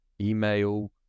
email